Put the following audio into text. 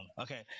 Okay